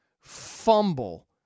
fumble